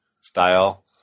style